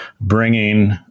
bringing